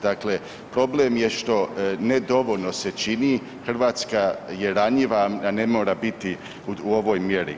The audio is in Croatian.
Dakle, problem je što se nedovoljno čini, Hrvatska je ranjiva, a ne mora biti u ovoj mjeri.